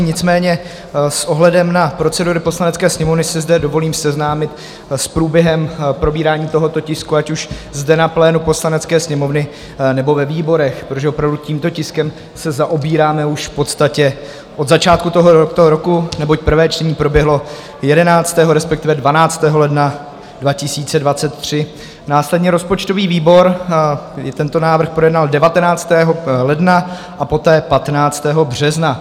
Nicméně s ohledem na procedury Poslanecké sněmovny si zde dovolím seznámit s průběhem probírání tohoto tisku, ať už zde na plénu Poslanecké sněmovny, nebo ve výborech, protože opravdu tímto tiskem se zaobíráme už v podstatě od začátku tohoto roku, neboť prvé čtení proběhlo 11., respektive 12. ledna 2023, následně rozpočtový výbor tento návrh projednal 19. ledna a poté 15. března.